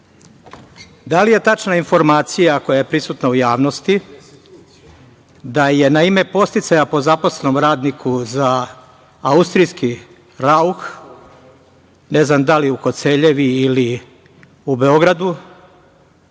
da li je tačna informacija, koja je prisutna u javnosti, da je na ime podsticaja po zaposlenom radniku za austrijski „Rauch“, ne znam da li u Koceljevi ili u Beogradu,